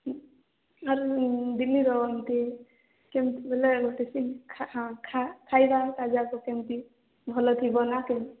ଦିଲ୍ଲୀର ଏମିତି କେମିତି ବୋଲେ ହଁ ଖାଇବା ଯାକ କେମିତି ଭଲ ଥିବ ନା କେମିତି